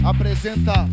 Apresenta